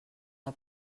del